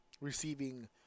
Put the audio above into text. receiving